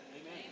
Amen